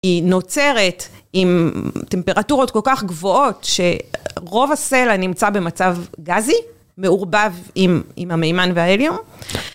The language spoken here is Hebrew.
היא נוצרת עם טמפרטורות כל כך גבוהות, שרוב הסלע נמצא במצב גזי, מעורבב עם המימן וההליום.